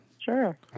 sure